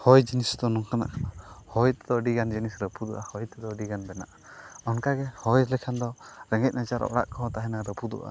ᱦᱚᱭ ᱡᱤᱱᱤᱥ ᱫᱚ ᱱᱚᱝᱠᱟᱱᱟᱜ ᱠᱟᱱᱟ ᱦᱚᱭ ᱛᱮᱫᱚ ᱟᱹᱰᱤᱜᱟᱱ ᱡᱤᱱᱤᱥ ᱨᱟᱹᱯᱩᱫᱚᱜᱼᱟ ᱦᱚᱭ ᱛᱮᱫᱚ ᱟᱹᱰᱤᱜᱟᱱ ᱵᱮᱱᱟᱜᱼᱟ ᱚᱱᱠᱟᱜᱮ ᱦᱚᱭ ᱞᱮᱠᱷᱟᱱ ᱫᱚ ᱨᱮᱸᱜᱮᱡ ᱱᱟᱪᱟᱨ ᱚᱲᱟᱜ ᱠᱚᱦᱚᱸ ᱛᱟᱦᱮᱱᱟ ᱨᱟᱹᱯᱩᱫᱚᱜᱼᱟ